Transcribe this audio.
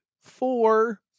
four